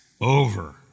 over